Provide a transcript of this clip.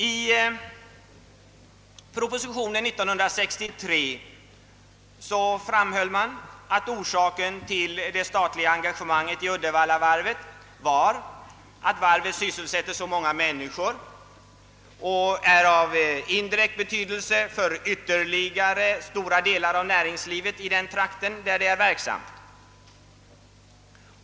I propositionen till 1963 års riksdag framhölls att orsaken till det statliga engagemanget i Uddevallavarvet var att varvet sysselsätter så många människor och är av indirekt betydelse för ytterligare stora delar av näringslivet i den trakt där det är verksamt.